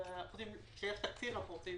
כשיש תקציב אנחנו רוצים